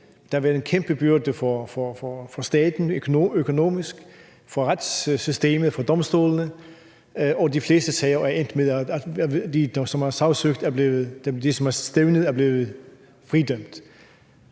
har været en kæmpe byrde for staten økonomisk set, for retssystemet og for domstolene, og de fleste sager er endt med, at dem, der er blevet stævnet, er blevet frifundet.